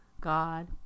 God